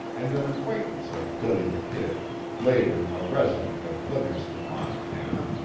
and an acquaintance of billy the kid later a resident of livingston, montana,